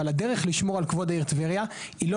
אבל הדרך לשמור על כבודה של העיר טבריה היא לא